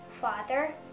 Father